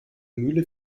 mühle